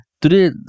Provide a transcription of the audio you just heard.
today